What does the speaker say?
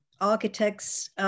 architects